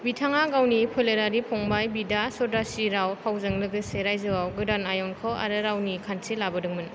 बिथाङा गावनि फोलेरारि फंबाइ बिदा सदाशिराव फाउजों लोगोसे रायजोआव गोदान आयेनख' आरो रावनि खान्थि लाबोदोंमोन